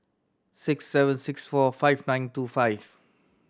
six seven six four five nine two five